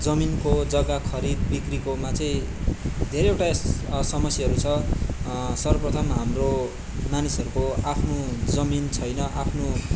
जमिनको जग्गा खरिद बिक्रीकोमा चाहिँ धेरैवटा यस समस्याहरू छ सर्वप्रथम हाम्रो मानिसहरूको आफ्नो जमिन छैन आफ्नो